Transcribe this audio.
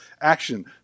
action